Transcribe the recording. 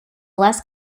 less